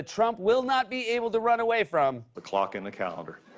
ah trump will not be able to run away from the clock and the calendar.